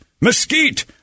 mesquite